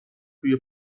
توی